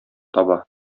таба